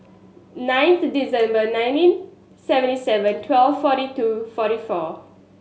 ninth December nineteen seventy seven twelve forty two forty four